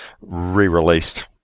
re-released